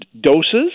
doses